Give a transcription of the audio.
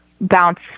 bounce